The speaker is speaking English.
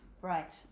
right